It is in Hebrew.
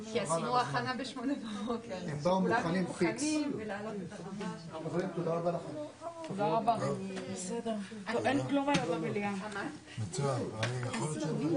14:45.